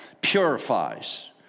purifies